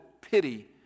pity